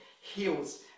Heals